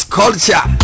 culture